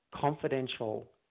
confidential